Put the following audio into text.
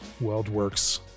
Weldworks